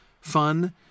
fun